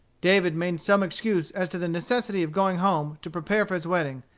david made some excuse as to the necessity of going home to prepare for his wedding,